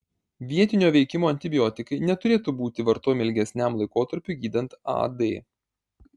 vietinio veikimo antibiotikai neturėtų būti vartojami ilgesniam laikotarpiui gydant ad